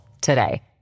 today